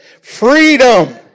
Freedom